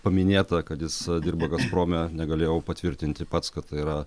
paminėta kad jis dirba gazprome negalėjau patvirtinti pats kad tai yra